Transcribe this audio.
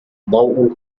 ضوء